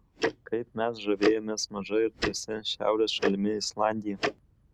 kaip mes žavėjomės maža ir drąsia šiaurės šalimi islandija